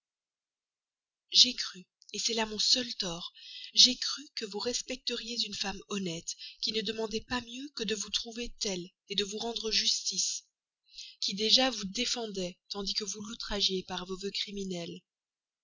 j'ai cru c'est là mon seul tort j'ai cru que vous respecteriez une femme honnête qui ne demandait pas mieux que de vous trouver tel de vous rendre justice qui déjà vous défendait tandis que vous l'outragiez par vos vœux criminels